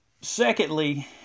secondly